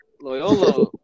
Loyola